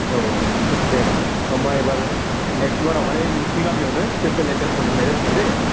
औ दे होम्बा एबार नेकस्ट बारआवहाय नोंसिनि गामियावनो स्पिसियेल एटेनसन होनाय जागसिगोन दे